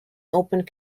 opened